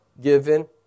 given